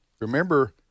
Remember